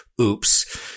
oops